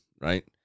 Right